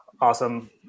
awesome